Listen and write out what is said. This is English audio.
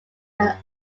are